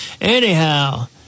anyhow